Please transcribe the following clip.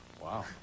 Wow